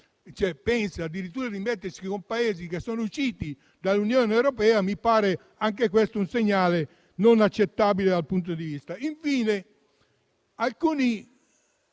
pensa addirittura di mettersi con Paesi che sono usciti dall'Unione europea, mi pare anche questo un segnale non accettabile. Infine, alcuni